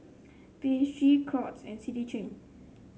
B H G Crocs and City Chain